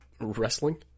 wrestling